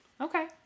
Okay